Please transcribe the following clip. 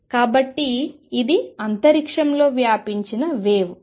కాబట్టి ఇది అంతరిక్షంలో వ్యాపించిన వేవ్